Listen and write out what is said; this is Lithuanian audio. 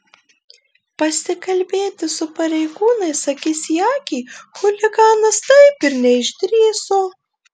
pasikalbėti su pareigūnais akis į akį chuliganas taip ir neišdrįso